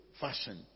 fashion